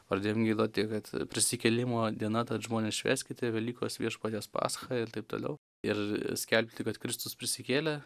pradėjom giedoti kad prisikėlimo diena tad žmonės švęskite velykos viešpaties pascha ir taip toliau ir skelbti kad kristus prisikėlė